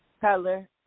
color